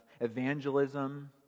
evangelism